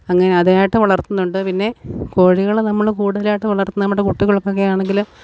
അങ്ങനെ അതിനായിട്ട് വളർത്തുന്നുണ്ട് പിന്നെ കോഴികളെ നമ്മള് കൂടുതലായിട്ട് വളർത്തുന്ന നമ്മുടെ കുട്ടികൾക്കൊക്കെ ആണെങ്കില്